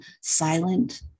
silent